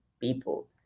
people